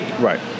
Right